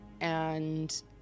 and-